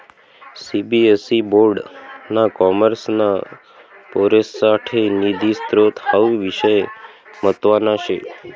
CBSE board ना कॉमर्सना पोरेससाठे निधी स्त्रोत हावू विषय म्हतवाना शे